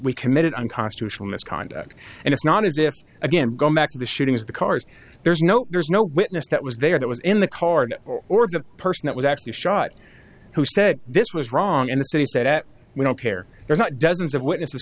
we committed unconstitutional misconduct and it's not as if again going back to the shooting as the cars there's no there's no witness that was there that was in the cart or the person that was actually shot who said this was wrong in the city said we don't care there's not dozens of witnesses